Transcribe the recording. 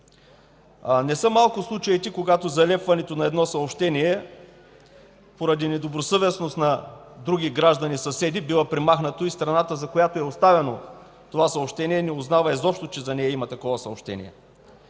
Не са малко случаите, когато залепването на едно съобщение поради недобросъвестност на съседи, на други граждани бива премахнато и страната, за която е оставено това съобщение, изобщо не узнава, че за нея има съобщение.